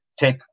Take